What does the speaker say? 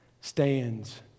stands